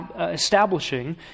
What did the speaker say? establishing